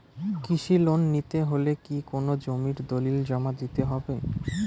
কৃষি লোন নিতে হলে কি কোনো জমির দলিল জমা দিতে হবে?